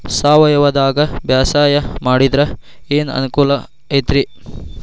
ಸಾವಯವದಾಗಾ ಬ್ಯಾಸಾಯಾ ಮಾಡಿದ್ರ ಏನ್ ಅನುಕೂಲ ಐತ್ರೇ?